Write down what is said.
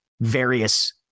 various